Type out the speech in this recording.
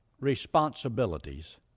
responsibilities